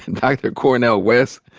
and dr. cornel west?